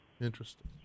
Interesting